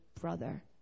brother